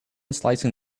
slicing